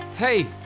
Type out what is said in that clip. Hey